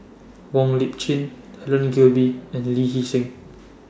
Wong Lip Chin Helen Gilbey and Lee Hee Seng